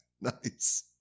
Nice